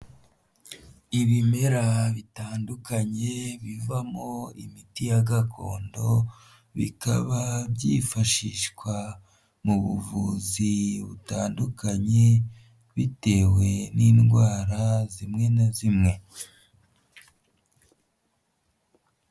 Ibimera bitandukanye bivamo imiti ya gakondo bikaba byifashishwa mu buvuzi butandukanye bitewe n'indwara zimwe na zimwe.